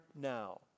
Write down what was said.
now